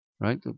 right